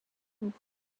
noch